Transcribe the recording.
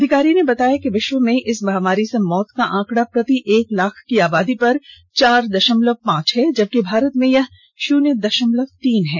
अधिकारी ने बताया कि विश्व में इस महामारी से मौत का आंकड़ा प्रति एक लाख की आबादी पर चार दशमलव पांच है जबकि भारत में यह शून्य दशमलव तीन है